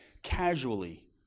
Casually